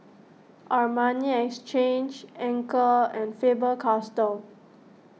Armani Exchange Anchor and Faber Castell